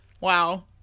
Wow